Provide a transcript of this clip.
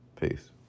Peace